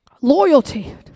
Loyalty